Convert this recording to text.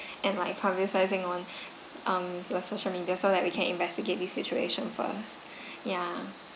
and like publicising on um your social media so that we can investigate this situation first ya